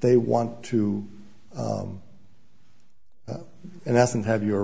they want to and as and have you